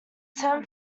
ten